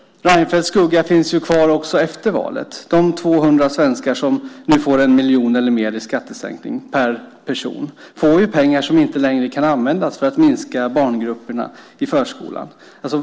Reinfeldts skugga finns kvar också efter valet. De 200 svenskar som nu får 1 miljon eller mer i skattesänkning per person får ju pengar som inte längre kan användas för att minska barngrupperna i förskolan.